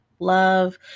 love